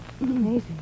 Amazing